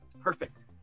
Perfect